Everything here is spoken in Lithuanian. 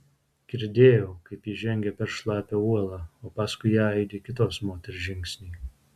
girdėjau kaip ji žengia per šlapią uolą o paskui ją aidi kitos moters žingsniai